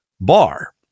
bar